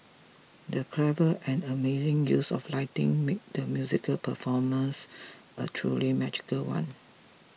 the clever and amazing use of lighting made the musical performance a truly magical one